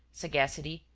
sagacity,